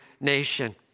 nation